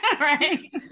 right